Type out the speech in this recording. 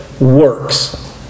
works